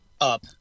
up